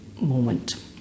moment